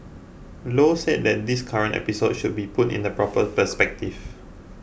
low said that this current episode should be put in the proper perspective